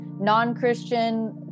non-christian